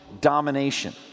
domination